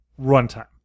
runtime